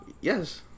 Yes